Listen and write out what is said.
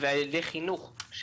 וע"י חינוך.